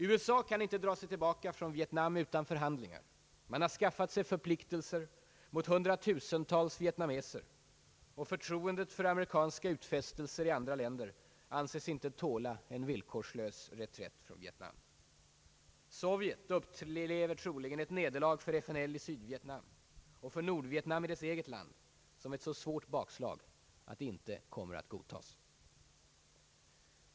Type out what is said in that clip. USA kan inte dra sig tillbaka från Vietnam utan förhandlingar; man har skaffat sig förpliktelser mot hundratusentals vietnameser, och förtroendet för amerikanska utfästelser i andra länder anses inte tåla en villkorslös reträtt från Vietnam. Sovjet upplever troligen ett nederlag för FNL i Sydvietnam, och för Nordvietnam i dess eget land, som ett så svårt bakslag att det inte kommer att godtas.